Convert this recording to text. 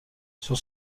sur